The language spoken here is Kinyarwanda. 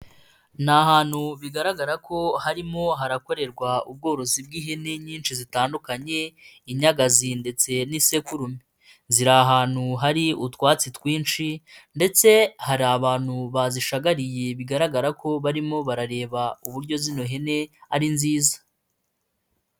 Ni ahantu bigaragara ko harimo harakorerwa ubworozi bw'ihene nyinshi zitandukanye, inyagazi ndetse n'isekurume. Ziri ahantu hari utwatsi twinshi ndetse hari abantu bazishagariye bigaragara ko barimo barareba uburyo zino hene ari nziza.